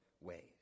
ways